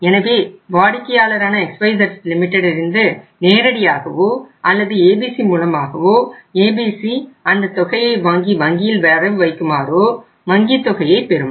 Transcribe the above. எனவே வாடிக்கையாளரரான XYZ லிமிடெட்டிடமிருந்து நேரடியாகவோ அல்லது ABC மூலமாக ABC அந்த தொகையை வாங்கி வங்கியில் வரவு வைக்குமாரோ வங்கி தொகையை பெறும்